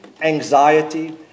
anxiety